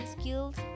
skills